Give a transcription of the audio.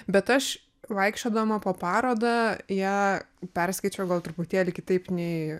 bet aš vaikščiodama po parodą ją perskaičiau gal truputėlį kitaip nei